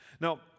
Now